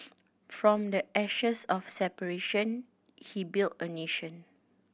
from the ashes of separation he built a nation